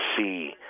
see